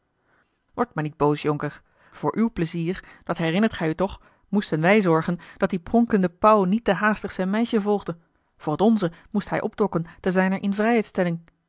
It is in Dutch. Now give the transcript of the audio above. word maar niet boos jonker voor uw pleizier dat herinnert gij u toch moesten wij zorgen dat die pronkende pauw niet te haastig zijn meisje volgde voor het onze moest hij opdokken te zijner invrijheidstelling